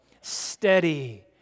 steady